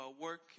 work